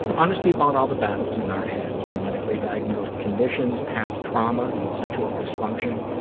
honesty about all the battles in our heads from medically diagnosed conditions, past traumas, and sexual dysfunction,